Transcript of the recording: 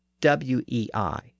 W-E-I